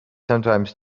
sometimes